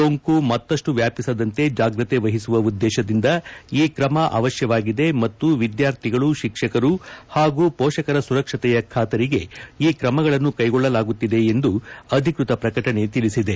ಸೋಂಕು ಮತ್ತಷ್ಟು ವ್ಯಾಪಿಸದಂತೆ ಜಾಗ್ರತೆ ವಹಿಸುವ ಉದ್ದೇಶದಿಂದ ಈ ಕ್ರಮ ಅವಶ್ಯವಾಗಿದೆ ಮತ್ತು ವಿದ್ಯಾರ್ಥಿಗಳು ಶಿಕ್ಷಕರು ಮತ್ತು ಪೋಷಕರ ಸುರಕ್ಷತೆಯ ಖಾತರಿಗೆ ಈ ಕ್ರಮಗಳನ್ನು ಕೈಗೊಳ್ಳಲಾಗುತ್ತಿದೆ ಎಂದು ಅಧಿಕೃತ ಪ್ರಕಟಣೆ ತಿಳಿಸಿದೆ